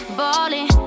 balling